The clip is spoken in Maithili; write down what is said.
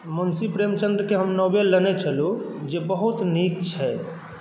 मुन्शी प्रेमचन्दके हम नॉवेल लेने छलहुँ जे बहुत नीक छै